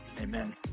amen